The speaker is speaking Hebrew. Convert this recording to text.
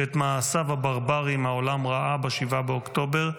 שאת מעשיו הברבריים העולם ראה ב-7 באוקטובר,